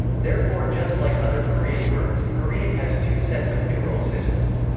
therefore just like other korean words, korean has two sets of numeral systems.